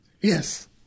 Yes